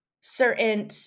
certain